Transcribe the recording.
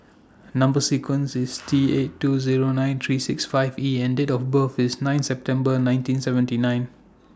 Number sequence IS T eight two Zero nine three six five E and Date of birth IS nine September nineteen seventy nine